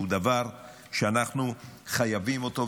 הוא דבר שאנחנו חייבים אותו,